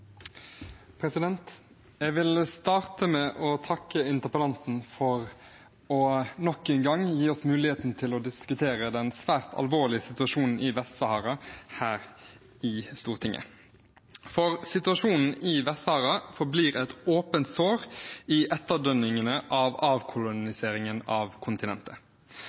Jeg vil starte med å takke interpellanten for å gi oss muligheten til nok en gang å diskutere den svært alvorlige situasjonen i Vest-Sahara her i Stortinget. For situasjonen i Vest-Sahara forblir et åpent sår i etterdønningene av avkoloniseringen av kontinentet.